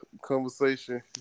conversation